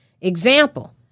Example